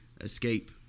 escape